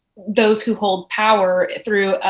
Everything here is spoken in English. those who hold power through